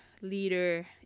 leader